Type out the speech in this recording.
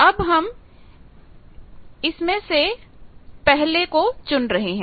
अब हम हमने इसमें से पहले को चुना है